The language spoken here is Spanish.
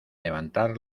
levantar